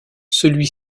celui